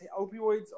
opioids